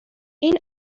این